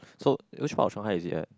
so which part of Shanghai is it at